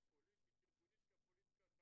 מופתע עד כמה הנושאים חוזרים על עצמם.